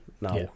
now